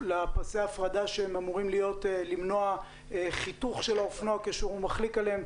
לפסי הפרדה שאמורים למנוע חיתוך של האופנוע כשהוא מחליק עליהם,